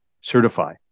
certify